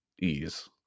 ease